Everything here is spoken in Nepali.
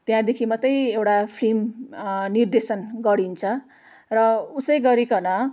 त्यहाँदेखि मात्रै एउटा फिल्म निर्देशन गरिन्छ र उसै गरिकन